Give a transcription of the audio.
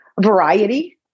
variety